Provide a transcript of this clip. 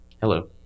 hello